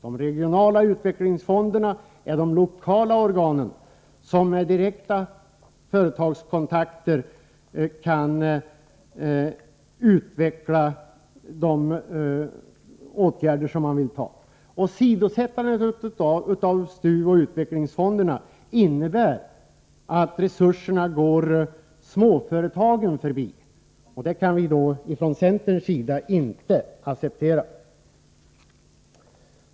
De regionala utvecklingsfonderna, som är de lokala organen med de direkta företagskontakterna, bör svara för utvecklingen och vidta de åtgärder som behövs. Åsidosättandet av STU och utvecklingsfonderna innebär att resurserna går småföretagen förbi. Detta kan vi i centern inte acceptera.